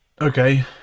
Okay